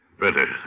better